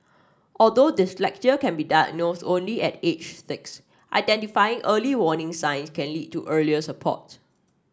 although dyslexia can be diagnosed only at age six identifying early warning signs can lead to earlier support